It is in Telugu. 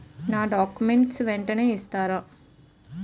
నా డాక్యుమెంట్స్ వెంటనే ఇస్తారా?